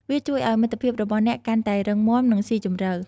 វាជួយឱ្យមិត្តភាពរបស់អ្នកកាន់តែរឹងមាំ និងស៊ីជម្រៅ។